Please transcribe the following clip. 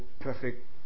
perfect